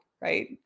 right